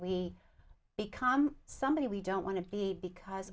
we become somebody we don't want to be because